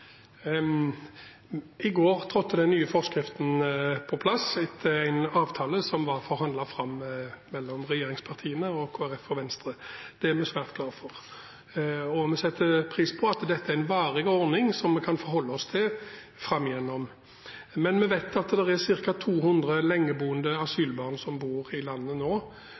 I går trådte den nye forskriften i kraft, etter en avtale som var forhandlet fram mellom regjeringspartiene og Kristelig Folkeparti og Venstre. Det er vi svært glade for. Vi setter pris på at dette er en varig ordning, som vi kan forholde oss til framover. Men vi vet at ca. 200 lengeboende asylbarn bor i landet nå,